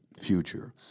future